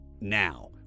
Now